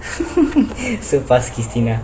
surpass christina